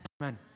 Amen